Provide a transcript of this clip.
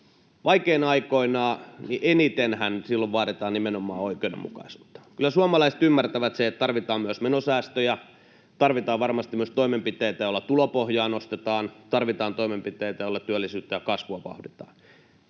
Enitenhän vaikeina aikoina vaaditaan nimenomaan oikeudenmukaisuutta. Kyllä suomalaiset ymmärtävät sen, että tarvitaan myös menosäästöjä, tarvitaan varmasti myös toimenpiteitä, joilla tulopohjaa nostetaan, tarvitaan toimenpiteitä, joilla työllisyyttä ja kasvua vauhditetaan.